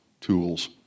tools